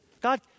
God